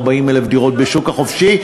140,000 דירות בשוק החופשי,